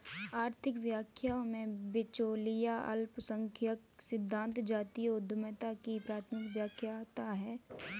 आर्थिक व्याख्याओं में, बिचौलिया अल्पसंख्यक सिद्धांत जातीय उद्यमिता की प्राथमिक व्याख्या है